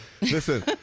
Listen